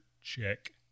check